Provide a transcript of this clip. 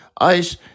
ice